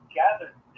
gathered